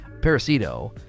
Parasito